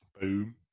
Boom